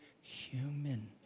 human